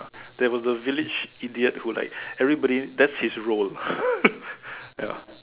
there was a village idiot who like everybody that's his role ya